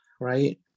right